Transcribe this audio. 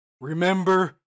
Remember